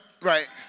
right